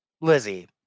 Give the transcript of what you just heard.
Lizzie